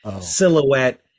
silhouette